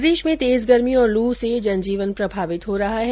प्रदेश में तेज गर्मी और लू से जनजीवन प्रभावित हो रहा है